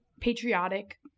patriotic